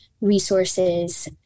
resources